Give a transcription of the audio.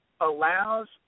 allows